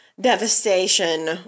devastation